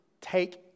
take